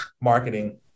marketing